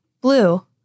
blue